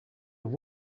have